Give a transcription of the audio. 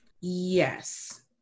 yes